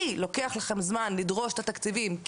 כי לוקח לכם זמן לדרוש את התקציבים,